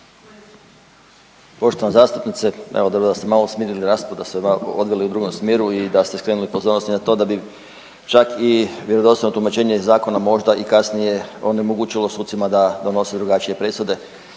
Poštovana zastupnice, evo, dobro da ste malo smirili raspravu, da ste je odveli u drugom smjeru i da ste skrenuli pozornost i na to da bi čak i vjerodostojno tumačenje zakona možda i kasnije onemogućilo sucima da donose drugačije presude,